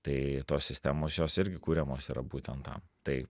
tai tos sistemos jos irgi kuriamos yra būtent tam tai